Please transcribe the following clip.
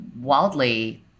wildly